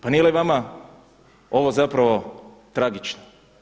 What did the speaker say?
Pa nije li vama ovo zapravo tragično?